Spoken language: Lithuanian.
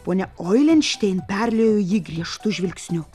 ponia oilenštein perliejo jį griežtu žvilgsniu